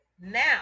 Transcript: Now